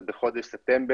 אז בחודש ספטמבר,